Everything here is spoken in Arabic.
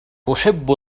أحب